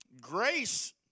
grace